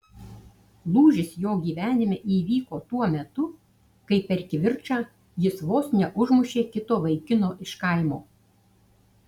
lūžis jo gyvenime įvyko tuo metu kai per kivirčą jis vos neužmušė kito vaikino iš kaimo